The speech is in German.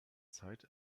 zeit